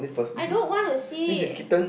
I don't want to see